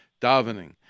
davening